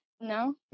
No